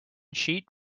sheet